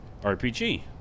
RPG